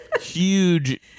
huge